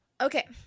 Okay